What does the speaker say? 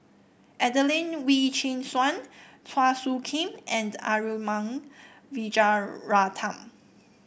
Adelene Wee Chin Suan Chua Soo Khim and Arumugam Vijiaratnam